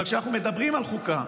אבל כשאנחנו מדברים על חוקה,